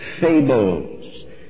fables